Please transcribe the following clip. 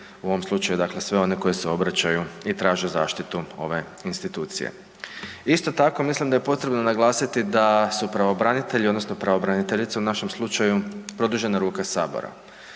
u ovom slučaju sve one koji se obraćaju i traže zaštitu ove institucije. Isto tako mislim da je potrebno naglasiti da su pravobranitelji odnosno pravobraniteljica u našem slučaju produžena ruka Sabora.